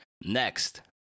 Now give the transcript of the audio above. Next